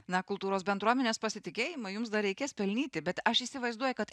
na kultūros bendruomenės pasitikėjimą jums dar reikės pelnyti bet aš įsivaizduoju kad